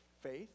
faith